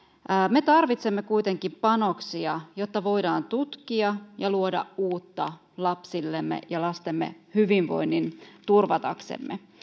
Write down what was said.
me tarvitsemme kuitenkin panoksia jotta voidaan tutkia ja luoda uutta lapsillemme ja lastemme hyvinvoinnin turvataksemme